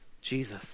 Jesus